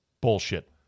bullshit